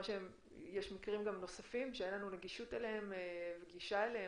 שיש מקרים נוספים שאין לנו גישה אליהם,